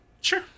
Sure